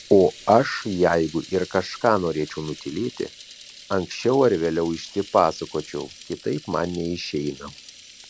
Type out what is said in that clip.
o aš jeigu ir kažką norėčiau nutylėti anksčiau ar vėliau išsipasakočiau kitaip man neišeina